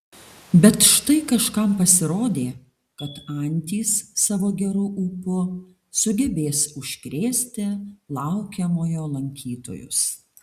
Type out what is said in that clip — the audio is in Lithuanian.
bet štai kažkam pasirodė kad antys savo geru ūpu sugebės užkrėsti laukiamojo lankytojus